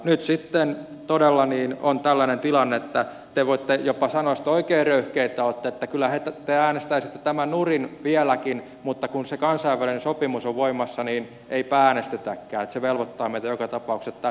nyt sitten todella on tällainen tilanne että te voitte jopa sanoa jos te oikein röyhkeitä olette että kyllähän te äänestäisitte tämän nurin vieläkin mutta kun se kansainvälinen sopimus on voimassa niin eipä äänestetäkään syväluotaamme työtä tapaukset tai